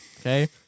Okay